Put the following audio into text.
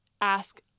ask